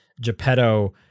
Geppetto